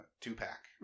two-pack